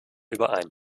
überein